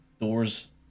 doors